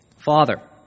father